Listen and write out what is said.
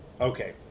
Okay